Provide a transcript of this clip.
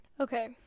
Okay